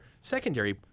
secondary